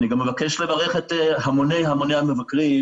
כרגע עוצר את אישור חוק העזר רק בגלל הסעיף הזה,